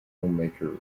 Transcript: filmmaker